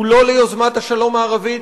הוא לא ליוזמת השלום הערבית,